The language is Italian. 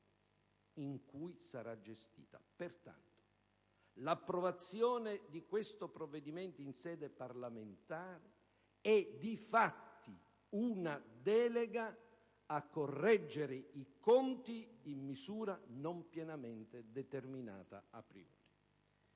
in cui sarà gestita. Pertanto, l'approvazione del provvedimento in sede parlamentare di fatto è una delega a correggere i conti in misura non pienamente determinata *a priori*.